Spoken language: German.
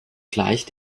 gleich